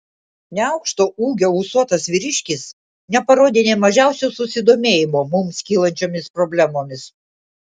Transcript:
neaukšto ūgio ūsuotas vyriškis neparodė nė mažiausio susidomėjimo mums kylančiomis problemomis